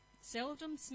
seldom